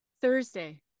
Thursday